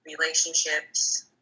relationships